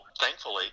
thankfully